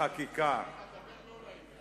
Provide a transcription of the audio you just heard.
אתה מדבר לא לעניין.